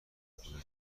خونه